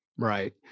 Right